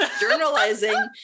journalizing